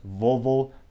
Volvo